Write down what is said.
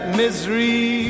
misery